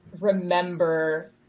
remember